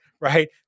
right